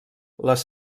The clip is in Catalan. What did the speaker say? les